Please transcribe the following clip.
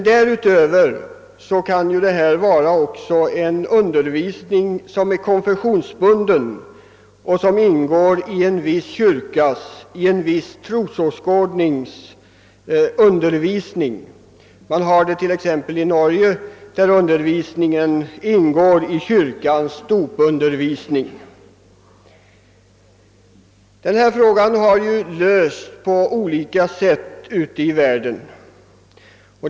Därutöver kan ämnet rymma också en undervisning som är konfessionsbunden och som ingår i en viss kyrkas eller en viss trosåskådnings undervisning. Denna fråga har lösts olika på olika håll ute i världen.